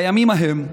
בימים ההם,